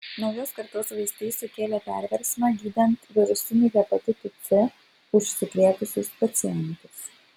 naujos kartos vaistai sukėlė perversmą gydant virusiniu hepatitu c užsikrėtusius pacientus